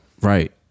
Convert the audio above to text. Right